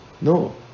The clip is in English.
No